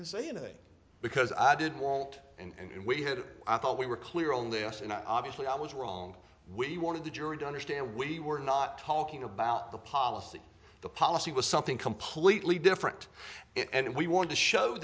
didn't say anything because i did want and we had i thought we were clear only asked and i obviously i was wrong we wanted the jury to understand we were not talking about the policy the policy was something completely different and we want to show